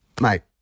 mate